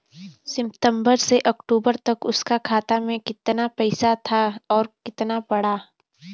सितंबर से अक्टूबर तक उसका खाता में कीतना पेसा था और कीतना बड़ा?